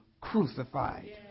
crucified